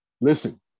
Listen